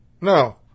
no